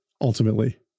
ultimately